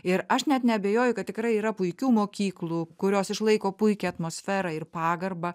ir aš net neabejoju kad tikrai yra puikių mokyklų kurios išlaiko puikią atmosferą ir pagarbą